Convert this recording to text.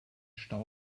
stau